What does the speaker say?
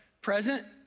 present